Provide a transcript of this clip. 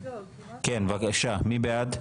כן, בבקשה, מי בעד?